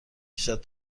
کشد